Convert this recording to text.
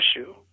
issue